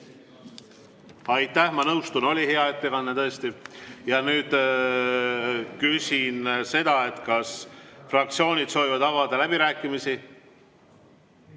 Aitäh! Ma nõustun, oli hea ettekanne tõesti. Nüüd küsin seda, kas fraktsioonid soovivad avada läbirääkimisi.